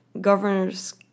governors